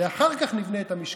ואחר כך נבנה את המשכן,